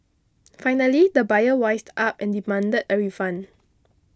finally the buyer wised up and demanded a refund